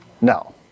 no